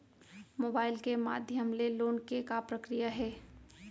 Mobile के माधयम ले लोन के का प्रक्रिया हे?